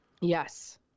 Yes